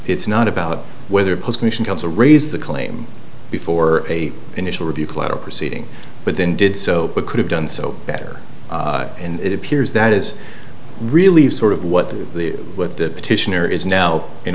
it's not about whether post commission comes to raise the claim before a initial review collateral proceeding but then did so but could have done so better and it appears that is really sort of what the what the